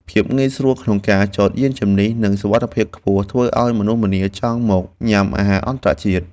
ភាពងាយស្រួលក្នុងការចតយានជំនិះនិងសុវត្ថិភាពខ្ពស់ធ្វើឱ្យមនុស្សម្នាចង់មកញ៉ាំអាហារអន្តរជាតិ។